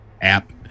app